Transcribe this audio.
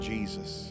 Jesus